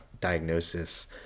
diagnosis